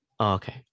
Okay